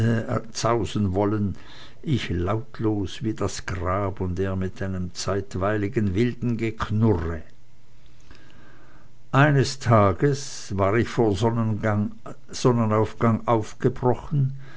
zausen wollen ich lautlos wie das grab und er mit einem zeitweiligen wilden geknurre eines tages war ich vor sonnenaufgang aufgebrochen